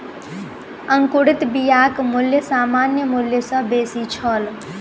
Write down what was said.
अंकुरित बियाक मूल्य सामान्य मूल्य सॅ बेसी छल